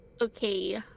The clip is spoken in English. okay